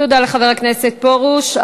תודה לחבר הכנסת פרוש.